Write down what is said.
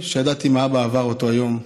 שידעתי מה אבא עבר אותו יום,